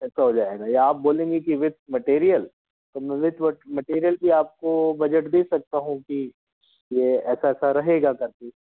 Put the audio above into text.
ऐसा हो जाएगा या आप बोलेंगी कि विद मटेरियल तो मैं विद ममटेरियल भी आपको बजट दे सकता हूँ कि यह ऐसा ऐसा रहेगा ताकि